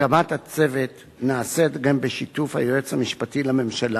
הקמת הצוות נעשית גם בשיתוף היועץ המשפטי לממשלה.